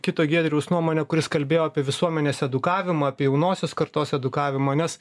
kito giedriaus nuomone kuris kalbėjo apie visuomenės edukavimą apie jaunosios kartos redukavimą nes